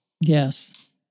Yes